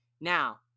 Now